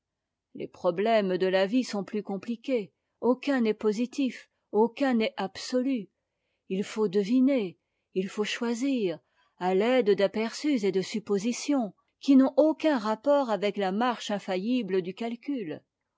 les problèmes de la vie sont plus compliqués aucun n'est positif aucun n'est absolu il faut deviner il faut choisir à l'aide d'aperçus et de suppositions qui n'ont aucun rapport avec la marche infaillible du calcul